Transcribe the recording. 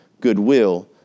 goodwill